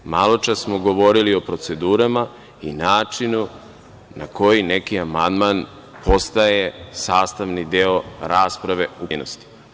Maločas smo govorili o procedurama, načinu na koji neki amandman postaje sastavni deo rasprave u pojedinostima.